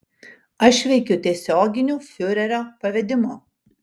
aš veikiu tiesioginiu fiurerio pavedimu